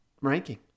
ranking